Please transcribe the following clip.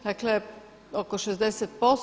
Dakle, oko 60%